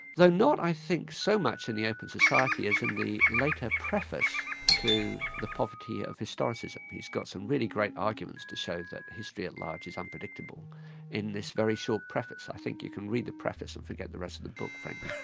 though not i think, so much in the open society as in the later preface to the poverty of historicism, he's got some really great arguments to show that history at large is unpredictable in this very short preface. i think you can read the preface and forget the rest of the book frankly.